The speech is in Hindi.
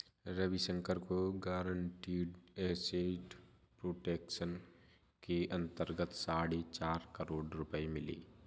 रविशंकर को गारंटीड एसेट प्रोटेक्शन के अंतर्गत साढ़े चार करोड़ रुपये मिले